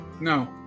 No